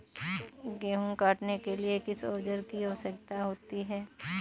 गेहूँ काटने के लिए किस औजार की आवश्यकता होती है?